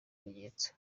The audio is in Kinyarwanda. ibimenyetso